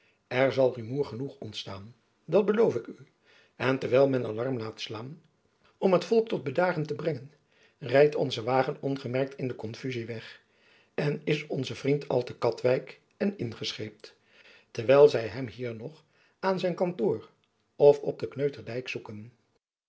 er zal rumoer genoeg ontstaan dat beloof ik u en terwijl men alarm laat slaan om het volk tot bedaren te brengen rijdt onze wagen ongemerkt in de konfuzie weg en is onze vriend al te katwijk en ingescheept terwijl zy hem hier nog aan zijn kantoor of op den kneuterdijk zoeken